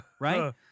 right